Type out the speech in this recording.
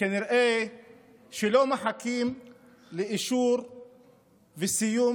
כנראה שלא מחכים לאישור וסיום